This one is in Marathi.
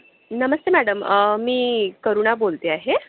नमस्ते मॅडम मी करुणा बोलते आहे